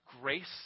grace